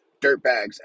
Dirtbags